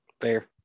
Fair